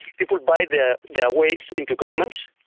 people buy their their ways into government.